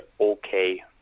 okay